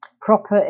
Proper